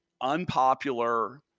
unpopular